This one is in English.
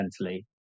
mentally